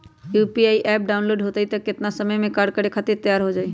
UPI app download होई त कितना समय मे कार्य करे खातीर तैयार हो जाई?